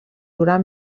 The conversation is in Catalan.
durar